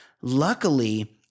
Luckily